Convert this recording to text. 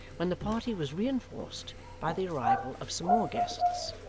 when the party was reinforced by the arrival of some more guests,